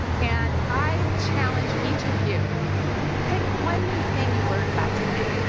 and i challenge each of you pick one new thing you learned about today,